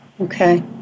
Okay